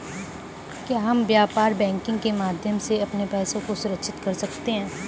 क्या हम व्यापार बैंकिंग के माध्यम से अपने पैसे को सुरक्षित कर सकते हैं?